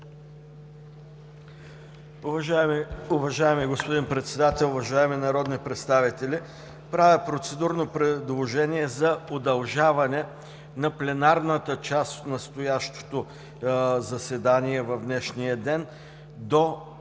Уважаеми господин Председател, уважаеми народни представители! Правя процедурно предложение за удължаване на пленарната част на настоящото заседание в днешния ден –